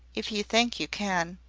if you think you can.